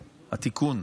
התיקון.